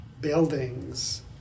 buildings